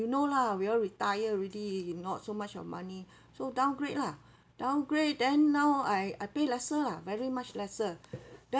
you know lah we all retire already not so much of money so downgrade lah downgrade then now I I pay lesser lah very much lesser